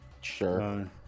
Sure